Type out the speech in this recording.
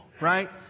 right